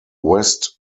west